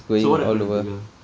so what happened to the girl